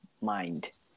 mind